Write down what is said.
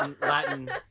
Latin